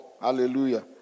Hallelujah